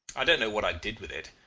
i don't know what i did with it.